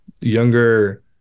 younger